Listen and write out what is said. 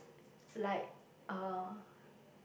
like uh